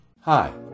Hi